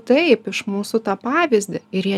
taip iš mūsų tą pavyzdį ir jie